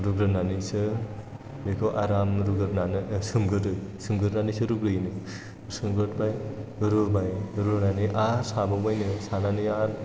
रुग्रोनानैसो बेखौ आराम सोमग्रोयो सोमग्रोनानैसो रुग्रोयोनो सोमग्रोबाय रुबाय रुनानै आरो साबावबायनो सानानै आरो